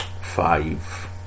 five